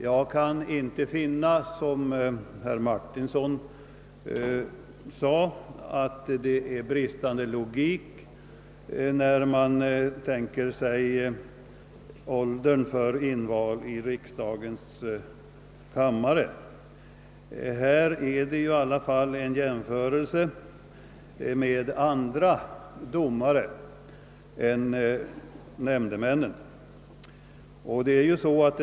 Jag kan inte finna att det, som herr Martinsson sade, brister i logiken hos reservanterna. Man kan inte jämföra denna valbarhetsålder med åldern för inval till riksdagens kamrar. Jämförelsen måste avse andra domare.